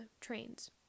trains